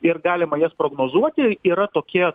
ir galima jas prognozuoti yra tokie